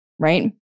right